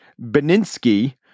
Beninsky